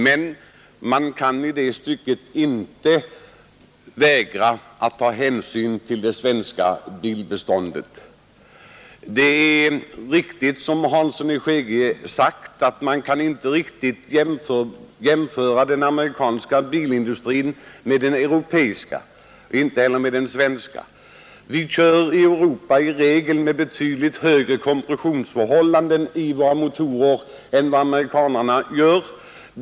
Men man kan i det sammanhanget inte vägra att ta hänsyn till det svenska bilbeståndet. Det är riktigt som herr Hansson i Skegrie har sagt att man inte kan jämföra den amerikanska bilindustrin med den europeiska och alltså inte heller med den svenska. I Europa kör vi i regel med betydligt högre kompressionsförhållanden i våra motorer än vad amerikanerna gör.